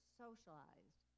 socialized